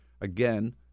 again